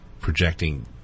projecting